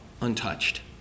untouched